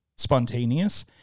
spontaneous